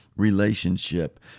Relationship